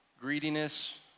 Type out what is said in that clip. greediness